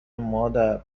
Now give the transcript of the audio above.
مادر